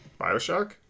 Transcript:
Bioshock